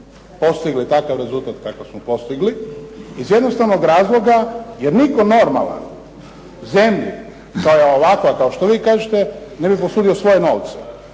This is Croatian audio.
postigli takav rezultat kakav smo postigli. Iz jednostavnog razloga jer nitko normalan zemlju koja je ovakva kao što vi kažete, ne bi posudio svoje novce.